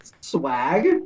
Swag